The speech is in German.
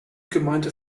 gemeinte